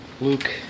Luke